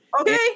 Okay